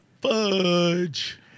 Fudge